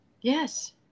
Yes